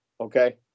Okay